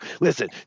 Listen